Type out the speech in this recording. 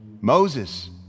Moses